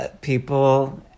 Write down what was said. people